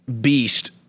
beast